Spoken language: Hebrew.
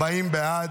40 בעד,